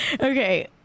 Okay